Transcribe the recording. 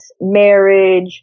marriage